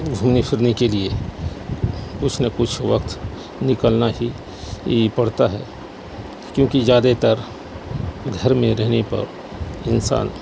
گھومنے پھرنے کے لیے کچھ نہ کچھ وقت نکالنا ہی پڑتا ہے کیوںکہ زیادہ تر گھر میں رہنے پر انسان